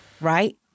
right